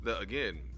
again